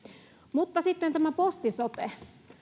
mutta sitten tämä posti sote